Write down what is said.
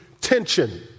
tension